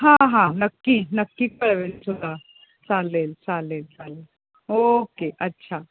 हां हां नक्की नक्की कळवेन तुला चालेल चालेल चालेल ओके अच्छा